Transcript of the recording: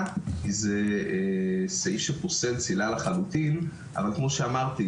כי זה סעיף שפוסל צלילה לחלוטין אבל כמו שאמרתי,